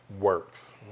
works